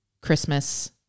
Christmas